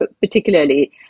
particularly